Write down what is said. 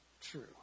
true